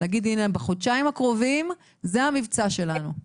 הנה בחודשיים הקרובים זה המבצע שלנו.